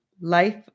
Life